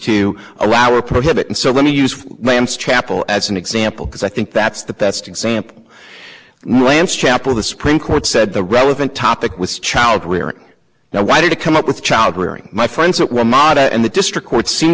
to allow or prohibit and so let me use chapel as an example because i think that's the best example lance chapel of the supreme court said the relevant topic was child rearing now why did it come up with child rearing my friends when model and the district court seem